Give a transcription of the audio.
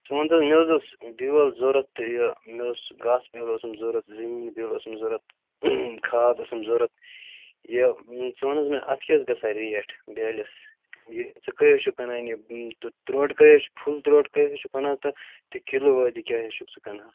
ژٕ وَن تہٕ حظ مےٚ حظ اوس بیٛوٚل ضروٗرت تہٕ یہِ مےٚ اوس گاسہٕ بیٛوٚل اوسُم ضروٗرت زمیٖن بیٛوٚل اوسُم ضروٗرت کھاد ٲسٕم ضروٗرت یہِ ژٕ وَن حظ مےٚ اَتھ کیٛاہ حظ گژھان ریٹ بیٛٲلِس یہِ ژٕ کٔہۍ حظ چھُکھ کٕنان یہِ تہٕ ترٛوڈٕ کٔہۍ حظ چھُ فُل ترٛوڈٕ کٔہۍ حظ چھُ کٕنان تہٕ تہٕ کِلوٗ وٲے کیٛاہ حظ چھُکھ ژٕ کٕنان